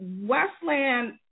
westland